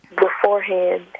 beforehand